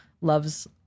loves